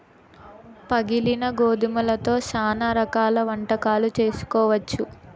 పగిలిన గోధుమలతో శ్యానా రకాల వంటకాలు చేసుకోవచ్చు